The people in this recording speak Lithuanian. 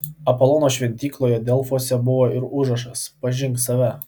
apolono šventykloje delfuose buvo ir užrašas pažink save